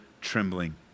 trembling